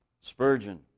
Spurgeon